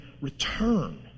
return